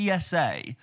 PSA